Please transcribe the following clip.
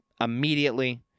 immediately